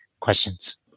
questions